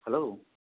hello